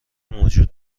موجود